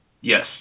Yes